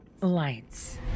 Lights